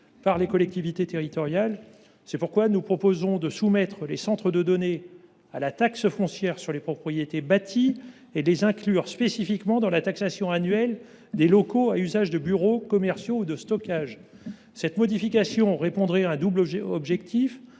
pour les collectivités territoriales. Nous proposons de soumettre les centres de données à la taxe foncière sur les propriétés bâties (TFPB) et de les inclure spécifiquement dans le périmètre de la taxation annuelle des locaux à usage de bureaux, commerciaux ou de stockage. Cette modification répondrait à un double objectif